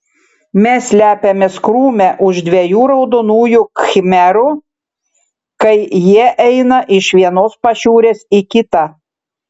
mes slepiamės krūme už dviejų raudonųjų khmerų kai jie eina iš vienos pašiūrės į kitą